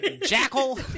Jackal